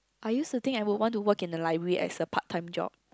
I used to think I would want to work in a library as a part time job